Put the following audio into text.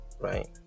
right